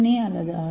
ஏ அல்லது ஆர்